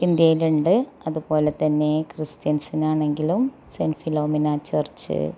ഇന്ത്യയിലുണ്ട് അതുപോലെ തന്നെ ക്രിസ്ത്യൻസിനാണെങ്കിലും സെൻ്റ് ഫിലോമിന ചർച്ച്